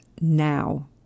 now